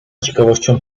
ciekawością